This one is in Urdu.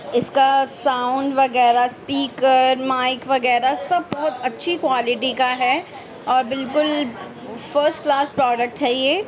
اس کا ساؤنڈ وغیرہ اسپیکر مائک وغیرہ سب بہت اچھی کوالیٹی کا ہے اور بالکل فرسٹ کلاس پروڈکٹ ہے یہ